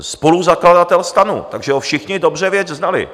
Spoluzakladatel STANu, takže ho všichni dobře znali.